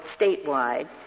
statewide